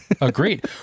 agreed